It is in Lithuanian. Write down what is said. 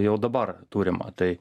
jau dabar turimą tai